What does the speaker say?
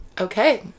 Okay